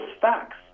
facts